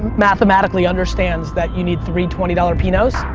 mathematically understands that you need three twenty dollars pinots,